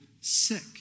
sick